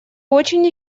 очень